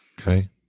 Okay